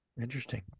Interesting